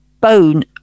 bone